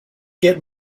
get